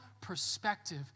perspective